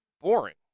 boring